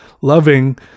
loving